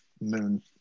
moon